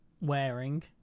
Wearing